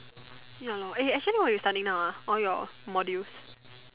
ya lor eh actually what you studying now ah all your modules